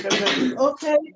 Okay